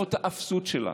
למרות האפסות שלה,